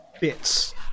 bits